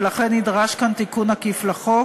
ולכן נדרש כאן תיקון עקיף לחוק,